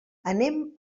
anem